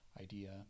idea